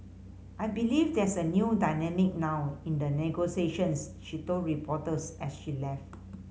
I believe there's a new dynamic now in the negotiations she told reporters as she left